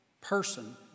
person